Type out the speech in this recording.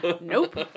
Nope